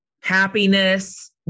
happiness